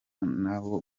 n’abo